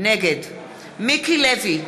נגד מיקי לוי,